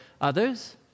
others